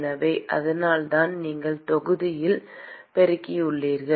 எனவே அதனால்தான் நீங்கள் தொகுதியால் பெருக்கியுள்ளீர்கள்